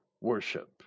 worship